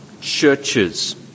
churches